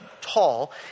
tall